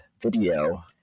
video